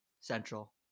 Central